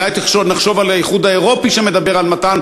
אולי נחשוב על האיחוד האירופי שמדבר על מתן